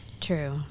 True